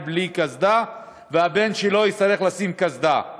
בלי קסדה והבן שלו יצטרך לשים קסדה.